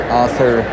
author